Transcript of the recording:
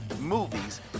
movies